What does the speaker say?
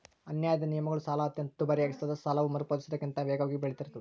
ಅನ್ಯಾಯದ ನಿಯಮಗಳು ಸಾಲ ಅತ್ಯಂತ ದುಬಾರಿಯಾಗಿಸ್ತದ ಸಾಲವು ಮರುಪಾವತಿಸುವುದಕ್ಕಿಂತ ವೇಗವಾಗಿ ಬೆಳಿತಿರ್ತಾದ